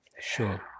Sure